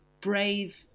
brave